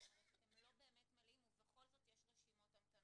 זאת אומרת הם לא באמת מלאים ובכל זאת יש רשימות המתנה.